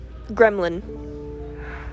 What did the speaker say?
Gremlin